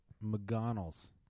McDonald's